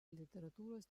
literatūros